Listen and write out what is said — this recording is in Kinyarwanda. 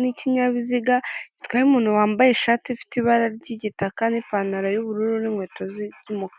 n'ikinyabiziga gitwaye umuntu wambaye ishati ifite ibara ry'igitaka n'ipantaro y'ubururu n'inkweto z'umukara.